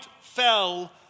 fell